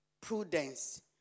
prudence